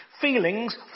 Feelings